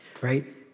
right